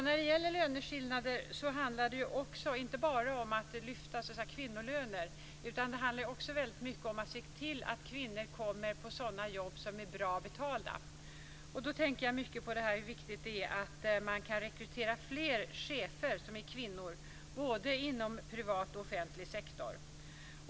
När det gäller löneskillnader handlar det inte bara om att lyfta kvinnolöner, utan det handlar också väldigt mycket om att se till att kvinnor får sådana jobb som är bra betalda. Då tänker jag på hur viktigt det är att man kan rekrytera fler chefer som är kvinnor både inom privat och offentlig sektor.